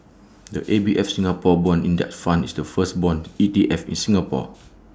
the A B F Singapore Bond index fund is the first Bond E T F in Singapore